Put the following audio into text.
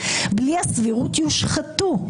בלי הסבירות יושחתו.